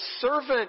servant